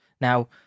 Now